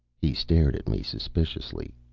he stared at me suspiciously.